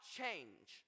change